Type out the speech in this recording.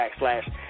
backslash